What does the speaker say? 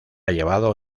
llevado